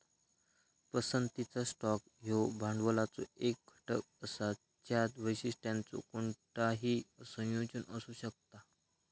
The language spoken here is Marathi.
पसंतीचा स्टॉक ह्यो भांडवलाचो एक घटक असा ज्यात वैशिष्ट्यांचो कोणताही संयोजन असू शकता